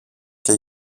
και